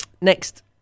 Next